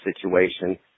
situation